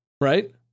Right